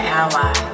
ally